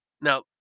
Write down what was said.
Now